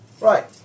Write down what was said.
Right